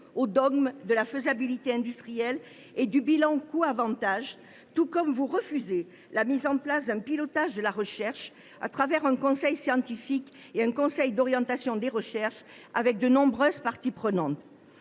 au dogme de la faisabilité industrielle et du bilan coût/avantage, tout comme vous refusez la mise en place d’un pilotage de la recherche, au travers d’un conseil scientifique et d’un comité d’orientation des recherches avec de nombreuses parties prenantes.